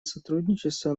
сотрудничества